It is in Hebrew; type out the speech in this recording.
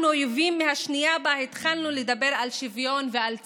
אנחנו אויבים מהשנייה שבה התחלנו לדבר על שוויון ועל צדק.